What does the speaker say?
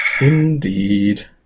Indeed